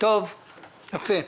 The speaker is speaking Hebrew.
יפה.